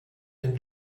and